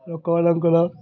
ଲୋକମାନଙ୍କର